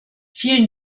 vielen